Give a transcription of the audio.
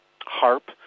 HARP